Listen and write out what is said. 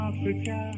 Africa